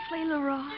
Leroy